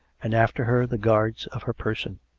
and after her the guards of her person.